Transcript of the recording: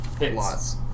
lots